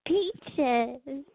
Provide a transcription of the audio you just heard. Peaches